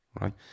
right